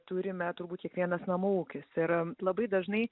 turime turbūt kiekvienas namų ūkis ir labai dažnai